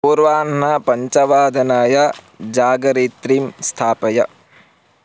पूर्वाह्णपञ्चवादनाय जागरित्रीं स्थापय